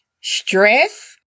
stress